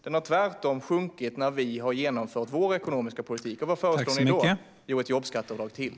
Den har tvärtom sjunkit när vi har genomfört vår ekonomiska politik. Vad föreslår ni då? Jo, ett jobbskatteavdrag till.